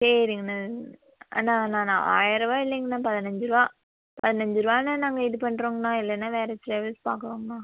சரிங்கண்ணா அண்ணா நான் ஆயிரரூவா இல்லைங்கண்ணா பதினஞ்சு ரூவா பதினஞ்சு ரூவான்னா நாங்கள் இது பண்ணுறோங்கண்ணா இல்லைனா வேறு டிராவல்ஸ் பார்க்குறோண்ணா